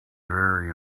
very